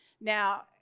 Now